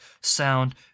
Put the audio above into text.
sound